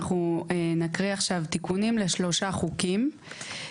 אנחנו נקריא עכשיו תיקונים לשלושה חוקים,